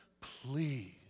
Please